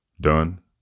done